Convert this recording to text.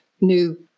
new